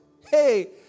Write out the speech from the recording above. hey